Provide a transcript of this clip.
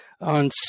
On